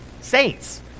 Saints